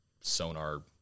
sonar